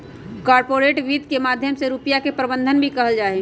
corporate वित्त के माध्यम से रुपिया के प्रबन्धन भी कइल जाहई